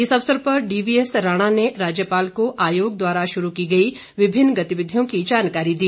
इस अवसर पर डीवीएसराणा ने राज्यपाल को आयोग द्वारा शुरू की गई विभिन्न गतिविधियों की जानकारी दी